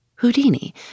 Houdini